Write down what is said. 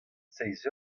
seizh